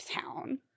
town